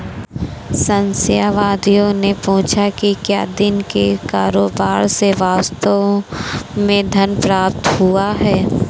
संशयवादियों ने पूछा कि क्या दिन के कारोबार से वास्तव में धन प्राप्त हुआ है